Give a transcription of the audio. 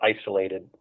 isolated